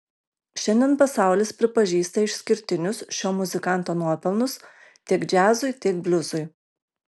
šiandien pasaulis pripažįsta išskirtinius šio muzikanto nuopelnus tiek džiazui tiek bliuzui